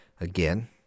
Again